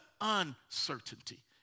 uncertainty